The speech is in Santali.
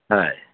ᱦᱳᱭ